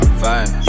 fine